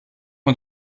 und